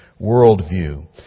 worldview